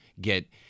get –